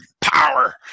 power